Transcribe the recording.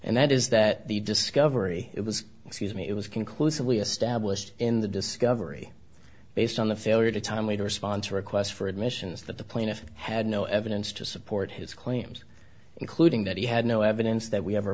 and that is that the discovery it was excuse me it was conclusively established in the discovery based on the failure to timely to respond to requests for admissions that the plaintiff had no evidence to support his claims including that he had no evidence that we ever